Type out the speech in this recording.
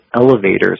elevators